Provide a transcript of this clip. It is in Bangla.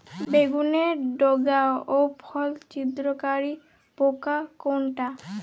বেগুনের ডগা ও ফল ছিদ্রকারী পোকা কোনটা?